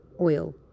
Oil